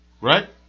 Right